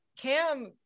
Cam